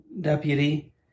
deputy